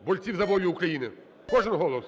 борців за волю України. Кожен голос.